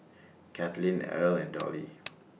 Katlyn Erle and Dollie